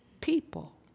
People